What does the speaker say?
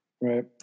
Right